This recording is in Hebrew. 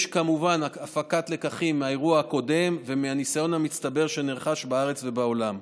יש כמובן הפקת לקחים מהאירוע הקודם ומהניסיון המצטבר שנרכש בארץ ובעולם.